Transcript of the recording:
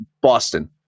Boston